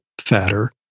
fatter